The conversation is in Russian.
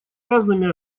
разными